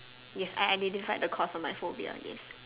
yes I identify the cause of my phobia yes